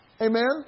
Amen